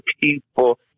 people